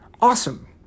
Awesome